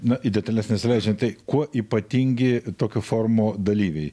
na į detales nesileidžiant tai kuo ypatingi tokio forumo dalyviai